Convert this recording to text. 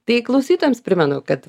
tai klausytojams primenu kad